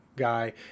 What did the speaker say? guy